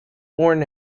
born